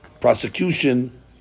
prosecution